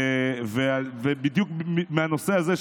בדיוק בגלל הנושא הזה,